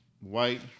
white